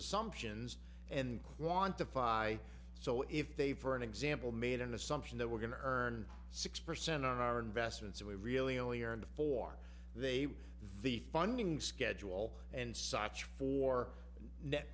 assumptions and quantify so if they for an example made an assumption that we're going to earn six percent on our investments and we really only are in the for they the funding schedule and such for net